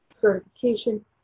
certification